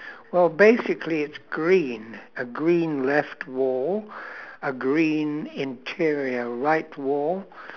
well basically it's green a green left wall a green interior right wall